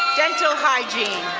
dental hygiene.